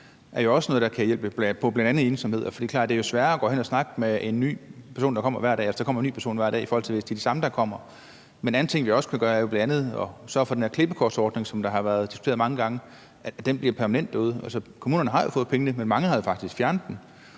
det jo også noget, der kan hjælpe på bl.a. ensomhed, for det er klart, at hvis det er en ny person, der kommer hver dag, er det sværere at snakke om noget som ensomhed, i forhold til hvis det er den samme, der kommer hver gang. En anden ting, vi også kan gøre, er at sørge for, at den klippekortsordning, som har været diskuteret mange gange, bliver permanent derude. Kommunerne har fået pengene, men mange havde faktisk fjernet